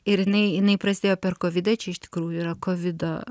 ir jinai jinai prasidėjo per kovidą čia iš tikrųjų yra kovido